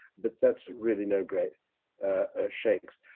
but that's really no great shakes.